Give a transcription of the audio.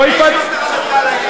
אתם הכנסתם את הרמטכ"ל.